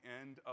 end